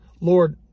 Lord